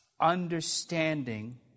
understanding